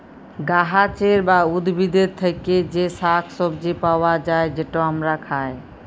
গাহাচের বা উদ্ভিদের থ্যাকে যে শাক সবজি পাউয়া যায়, যেট আমরা খায়